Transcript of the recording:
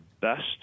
best